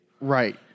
Right